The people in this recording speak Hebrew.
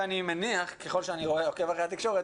וככל שאני עוקב אחרי התקשורת